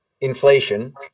inflation